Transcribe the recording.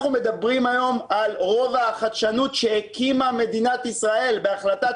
אנחנו מדברים היום על רובע החדשנות שהקימה מדינת ישראל בהחלטת